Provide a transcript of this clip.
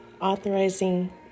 authorizing